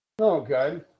Okay